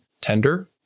tender